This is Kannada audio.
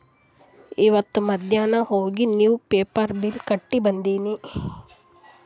ಇವತ್ ಮಧ್ಯಾನ್ ಹೋಗಿ ನಿವ್ಸ್ ಪೇಪರ್ ಬಿಲ್ ಕಟ್ಟಿ ಬಂದಿನಿ